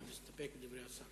להסתפק בדברי השר.